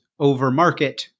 overmarket